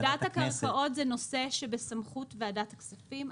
פקודת הקרקעות זה נושא שבסמכות ועדת הכספים,